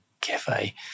cafe